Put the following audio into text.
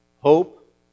hope